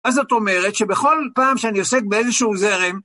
אז זאת אומרת שבכל פעם שאני עוסק באיזשהו זרם